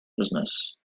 business